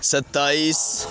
ستائیس